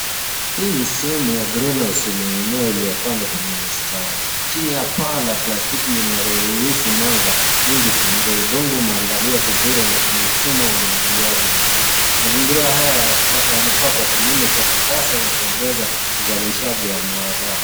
Hii ni sehemu ya green house yenye mimea iliyopandwa kwenye mistari chini ya paa la plastiki linaloruhusu mwanga mwingi kuingia. Udongo umeandaliwa vizuri na kuna mfumo wa umwagiliaji maji. Mazingira haya yanafaa kwa kilimo cha kisasa na kuongeza uzalishaji wa mazao.